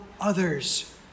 others